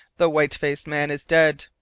the white-faced man is dead.